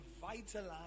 vitalize